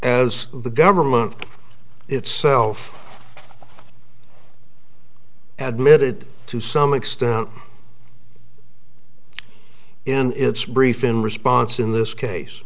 as the government itself admitting to some extent in its brief in response in this case